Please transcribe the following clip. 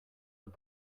but